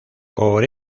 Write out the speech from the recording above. por